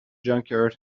junkyard